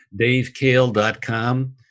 DaveKale.com